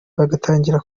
bagatangira